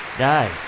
Guys